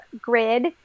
grid